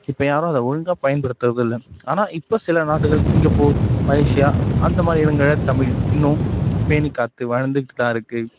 இப்போ யாரும் அதை ஒழுங்கா பயன்படுத்துறதில்ல ஆனால் இப்போ சில நாடுகள் சிங்கப்பூர் மலேஷியா அந்த மாதிரி இடங்களில் தமிழ் இன்னும் பேணி காத்து வாழ்ந்துகிட்டு தான் இருக்குது